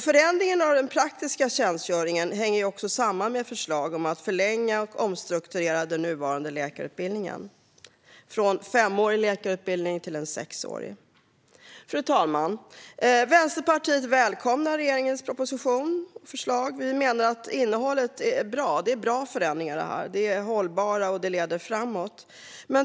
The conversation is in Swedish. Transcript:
Förändringen av den praktiska tjänstgöringen hänger samman med ett förslag om att förlänga och omstrukturera den nuvarande läkarutbildningen, från en femårig utbildning till en sexårig. Bastjänstgöring för läkare Fru talman! Vänsterpartiet välkomnar regeringens förslag. Vi menar att innehållet är bra och att det är bra förändringar. De är hållbara och leder framåt.